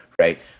Right